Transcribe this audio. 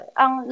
ang